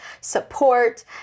support